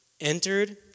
entered